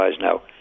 now